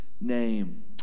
name